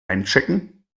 einchecken